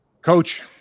Coach